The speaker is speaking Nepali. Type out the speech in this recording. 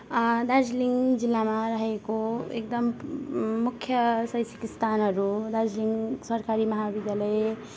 दार्जिलिङ जिल्लामा रहेको एकदम मुख्य शैक्षिक स्थानहरू दार्जिलिङ सरकारी महाविद्यालय